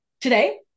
today